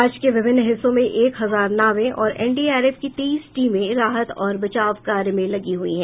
राज्य के विभिन्न हिस्सों में एक हजार नावें और एनडीआरएफ की तेईस टीमें राहत और बचाव कार्य में लगी हुई हैं